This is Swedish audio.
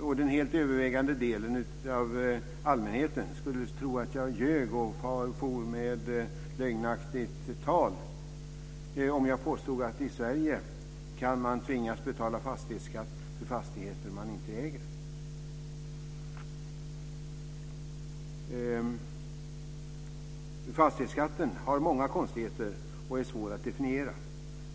och den helt övervägande delen av allmänheten skulle tro att jag ljög och for med lögnaktigt tal om jag påstod att man i Sverige kan tvingas betala fastighetsskatt för fastigheter som man inte äger. Fastighetsskatten har många konstigheter och är svår att definiera.